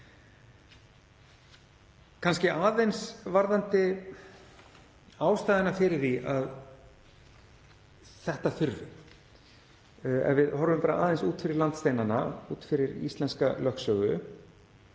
Kannski aðeins varðandi ástæðuna fyrir því að þetta þurfi. Ef við horfum aðeins út fyrir landsteinana, út fyrir íslenska lögsögu,